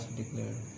declared